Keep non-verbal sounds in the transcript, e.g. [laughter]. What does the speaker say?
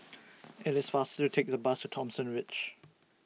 [noise] IT IS faster to Take The Bus to Thomson Ridge